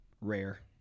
Rare